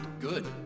good